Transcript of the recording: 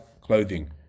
clothing